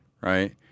Right